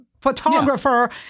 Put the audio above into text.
photographer